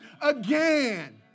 again